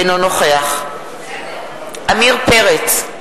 אינו נוכח עמיר פרץ,